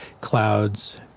clouds